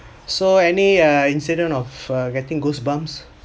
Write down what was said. so any uh incident of uh getting goosebumps